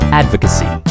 advocacy